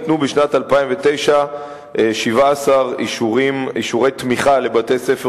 בשנת 2009 ניתנו 17 אישורי תמיכה לבתי-ספר